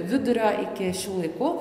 vidurio iki šių laikų